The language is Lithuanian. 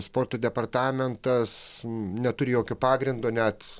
sporto departamentas neturi jokio pagrindo net